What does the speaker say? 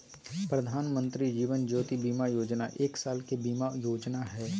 प्रधानमंत्री जीवन ज्योति बीमा योजना एक साल के बीमा योजना हइ